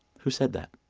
who said that?